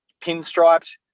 Pinstriped